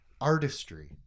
artistry